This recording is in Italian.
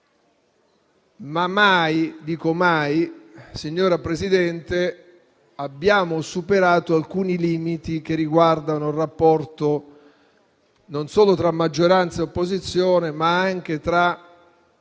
abbiamo superato alcuni limiti che riguardano il rapporto non solo tra maggioranza e opposizione, ma anche tra